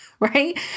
Right